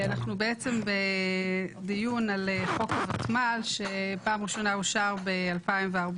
אנחנו בדיון על חוק הוותמ"ל שפעם ראשונה אושר ב-2014.